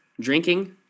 drinking